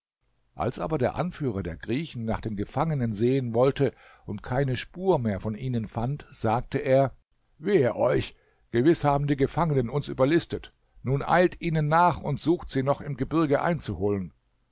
als aber der anführer der griechen nach den gefangenen sehen wollte und keine spur mehr von ihnen fand sagte er wehe euch gewiß haben die gefangenen uns überlistet nun eilt ihnen nach und sucht sie noch im gebirge einzuholen